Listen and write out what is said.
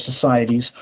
societies